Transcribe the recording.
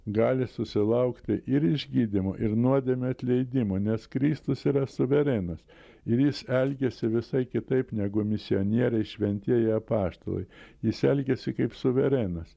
gali susilaukti ir išgydymo ir nuodėmių atleidimo nes kristus yra suverenas ir jis elgiasi visai kitaip negu misionieriai šventieji apaštalai jis elgėsi kaip suverenas